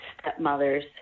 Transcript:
stepmothers